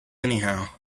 anyhow